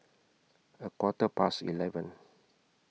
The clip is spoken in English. A Quarter Past eleven